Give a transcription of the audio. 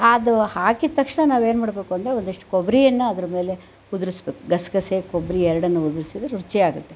ಅದು ಹಾಕಿದ ತಕ್ಷಣ ನಾವೇನು ಮಾಡಬೇಕು ಅಂದರೆ ಒಂದಿಷ್ಟು ಕೊಬ್ಬರಿಯನ್ನು ಅದರ ಮೇಲೆ ಉದುರಿಸ್ಬೇಕು ಗಸಗಸೆ ಕೊಬ್ಬರಿ ಎರಡನ್ನೂ ಉದುರಿಸಿದರೆ ರುಚಿಯಾಗುತ್ತೆ